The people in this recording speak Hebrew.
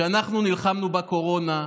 כשאנחנו נלחמנו בקורונה,